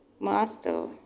master